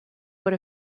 what